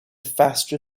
faster